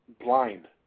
blind